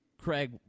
Craig